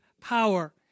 power